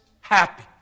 happy